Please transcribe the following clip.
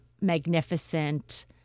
magnificent